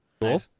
Cool